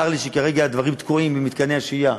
צר לי שכרגע הדברים תקועים לגבי מתקני השהייה.